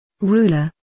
Ruler